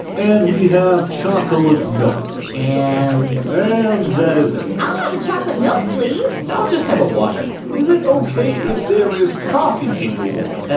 and we have chocolate milk and? and that is it i'll have a chocolate milk, please i'll just have a water is it ok if there is coffee in your water?